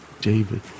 David